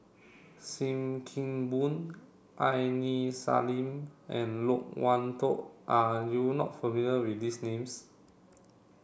Sim Kee Boon Aini Salim and Loke Wan Tho are you not familiar with these names